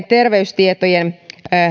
terveystietojen